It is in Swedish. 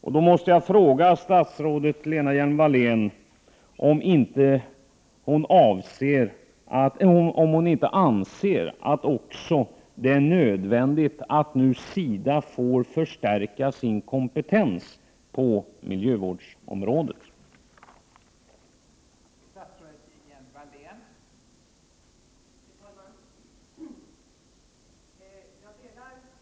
Jag måste därför fråga statsrådet Lena Hjelm-Wallén om hon inte anser att det också är nödvändigt att SIDA nu får förstärka sin kompetens på miljövårdsområdet. för att stoppa pågående jordförstörelse